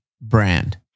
brand